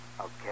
Okay